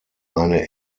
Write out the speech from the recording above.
eine